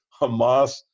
Hamas